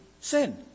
sin